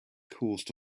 caused